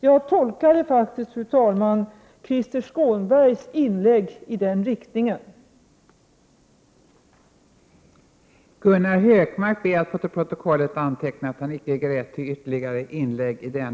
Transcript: Jag tolkade faktiskt Krister Skånbergs inlägg i den riktningen, fru talman.